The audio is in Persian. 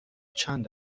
چند